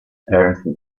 ernst